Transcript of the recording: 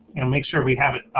and make sure we have it,